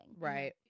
Right